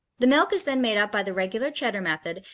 the milk is then made up by the regular cheddar method,